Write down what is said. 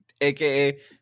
aka